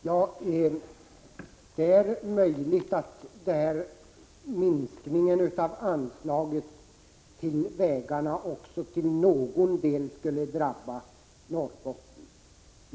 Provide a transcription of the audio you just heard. Herr talman! Det är möjligt att minskningen av anslaget till vägarna också till någon del skulle drabba Norrbotten.